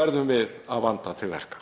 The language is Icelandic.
verðum við að vanda til verka.